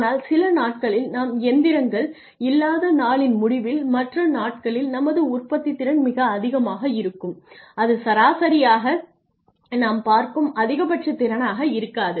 ஆனால் சில நாட்களில் நாம் இயந்திரங்கள் இல்லாத நாளின் முடிவில் மற்ற நாட்களில் நமது உற்பத்தித்திறன் மிக அதிகமாக இருக்கும் அது சராசரியாக நாம் பார்க்கும் அதிகபட்ச திறனாக இருக்காது